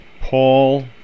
Paul